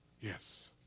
Yes